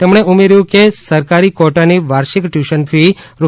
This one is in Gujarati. તેમણે ઉમેર્યુ કે સરકારી ક્વોટાની વાર્ષિક ટ્યુશન ફી રૂ